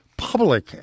public